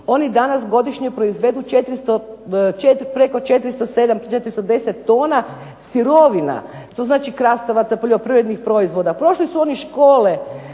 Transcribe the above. oni danas godišnje proizvedu preko 407, 410 tona sirovina. To znači krastavaca, poljoprivrednih proizvoda. Prošli su oni škole